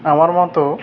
আমার মতো